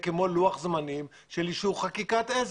כמו לוח זמנים של אישור חקיקת עזר.